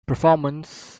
performance